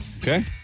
Okay